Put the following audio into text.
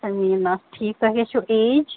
سٔمیٖنا ٹھیٖک تۄہہِ کیٛاہ چھُو ایج